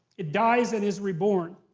it dies and is reborn.